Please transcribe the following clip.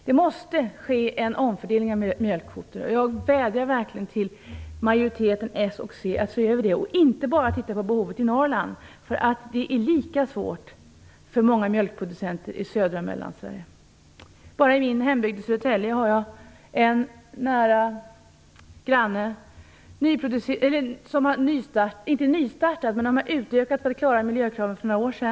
Det måste ske en omfördelning av mjölkkvoter. Jag vädjar till majoriteten, s och c, att man skall se över detta. Man skall inte bara titta på behovet i Norrland. Det är lika svårt för många mjölkproducenter i södra Mellansverige. I min hembygd, Södertälje, har jag grannar som för några år sedan utökade för att klara miljökraven.